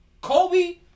Kobe